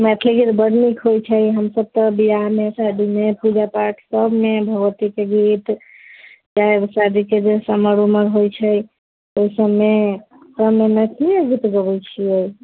मैथिली गीत बड्ड नीक होइ छै हमसब तऽ बिआहमे शादीमे पूजा पाठमे सभमे भगवतीके गीत बिआह शादीके जे समारोहमे होइ छै ओ सबमे मैथिलिए गीत गाबै छिए